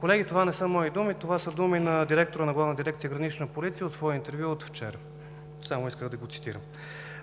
Колеги, това не са мои думи. Това са думи на директора на Главна дирекция „Гранична полиция“ в свое интервю от вчера, само исках да го цитирам.